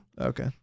okay